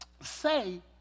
say